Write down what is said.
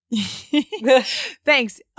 Thanks